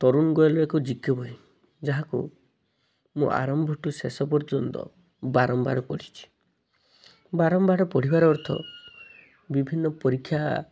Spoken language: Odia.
ତରୁଣ ଗୋୟାଲର ଏକ ଜି କେ ବହି ଯାହାକୁ ମୁଁ ଆରମ୍ଭ ଟୁ ଶେଷ ପର୍ଯ୍ୟନ୍ତ ବାରମ୍ବାର ପଢ଼ିଛି ବାରମ୍ବାର ପଢ଼ିବାର ଅର୍ଥ ବିଭିନ୍ନ ପରୀକ୍ଷା